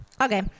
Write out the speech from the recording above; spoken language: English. Okay